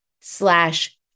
slash